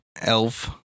Elf